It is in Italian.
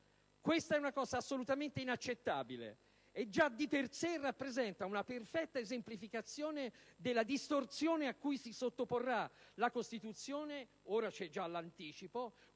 Questo è assolutamente inaccettabile e già di per sé rappresenta una perfetta esemplificazione della distorsione cui si sottoporrà la Costituzione - ora c'è già l'anticipo